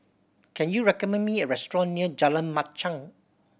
can you recommend me a restaurant near Jalan Machang